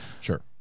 Sure